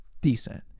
decent